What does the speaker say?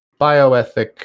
bioethic